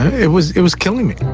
it was it was killing me.